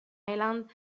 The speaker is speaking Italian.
island